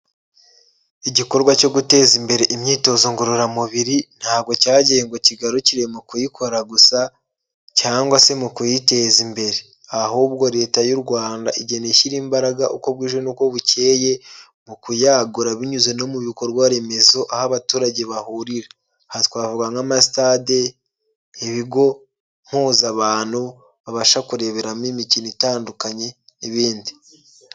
Igikorwa cyo guteza imbere imyitozo ngororamubiri ntabwo cyagiye ngo kigarukire mu kuyikora gusa cyangwa se mu kuyiteza imbere. Ahubwo Leta y'u Rwanda igenda ishyira imbaraga uko bwije n'uko bucyeye mu kuyagura binyuze no mu bikorwa remezo aho abaturage bahurira. Aha twavuga nk'amasitade, ibigo mpuzabantu babasha kureberamo imikino itandukanye n'ibindi.